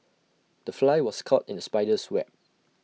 the fly was caught in the spider's web